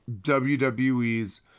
WWE's